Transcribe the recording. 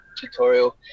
tutorial